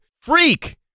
Freak